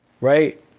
Right